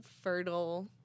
fertile